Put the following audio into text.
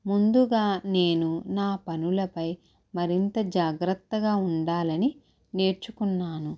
ముందుగా నేను నా పనులపై మరింత జాగ్రత్తగా ఉండాలని నేర్చుకున్నాను